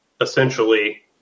essentially